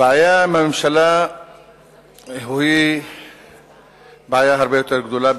הבעיה עם הממשלה היא בעיה הרבה יותר גדולה,